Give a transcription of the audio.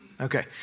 Okay